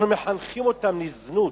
אנחנו מחנכים אותם לזנות,